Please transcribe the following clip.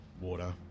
water